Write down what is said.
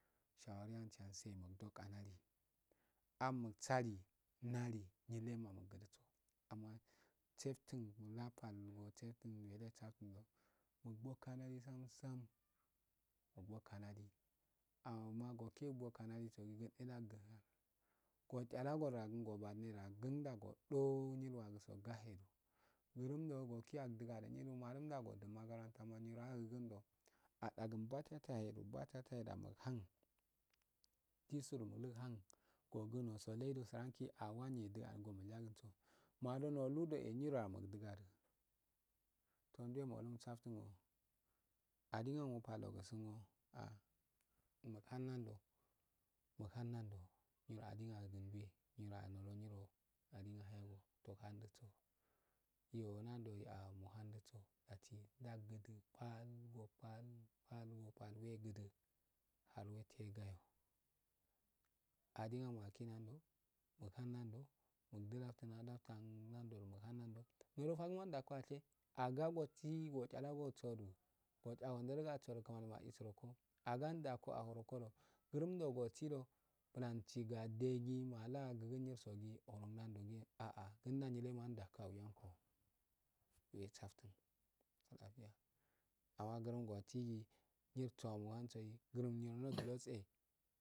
Tsawari antse ani kandi anak sali nali nile ma muk gudi go ama saften na pal saften sekadugu do muba kanadi sam sam mubo kanadi, amma oche kanadi sokun daggu ochalagodo duli obadne gun da odo nyil waliso gahe do gurumdo ochi da dugadh do mallum da odo nyiro maganu do, adgh batata ye da muk hun ajisu eh muk hun sogu nole so do sranki nolu do eh mudugad, to duwe olu mufsante do aligendopal do suna ah hun nando muk hun nando nyiro adin ak nduwe nyiro akun do niyro nafo iyo nando so muk tehadh nyiro faguma adago ah ahe agago tsi ochalogo isoli ochla so kamani ma eeh srango aya gude gu malu nyirso gu ohun nando ah ah kunda nyile ma ndako we saften amma gurum asigi nyirso ma hung gurum mul hugotse